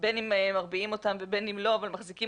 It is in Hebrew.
בין אם מרביעים אותם ובין אם לא, אבל מחזיקים